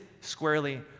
squarely